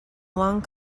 long